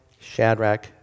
Shadrach